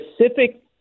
specific